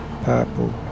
purple